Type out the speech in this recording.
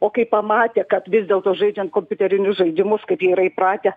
o kai pamatė kad vis dėlto žaidžiant kompiuterinius žaidimus kaip jie yra įpratę